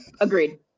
agreed